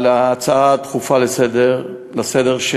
ההצעה הדחופה לסדר-היום,